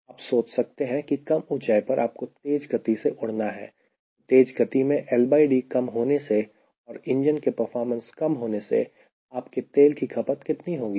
आप सोच सकते हैं कि कम ऊंचाई पर आप को तेज गति से उड़ना है तो तेज गति में LD कम होने से और इंजन के परफॉर्मेंस कम होने से आपके तेल की खपत कितनी होगी